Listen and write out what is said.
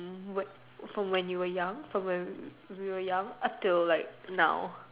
from when you were young from when were young up till like now